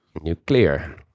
Nuclear